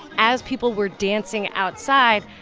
as people were dancing outside,